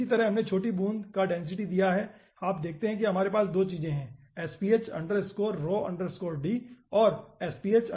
इसी तरह हमने छोटी बूंद का डेंसिटी दिया है आप देखते है हमारे पास यहां 2 चीजें हैं sph rho d और sph rho g